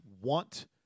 want